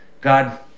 God